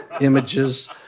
images